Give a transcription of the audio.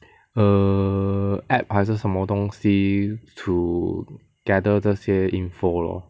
err application 还是什么东西 to gather 这些 information lor